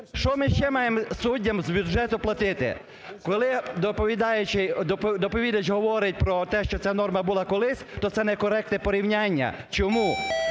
що ми ще маємо суддям з бюджету платити? Коли доповідач говорить про те, що ця норма була колись, то це некоректне порівняння. Чому?